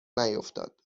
نیفتاد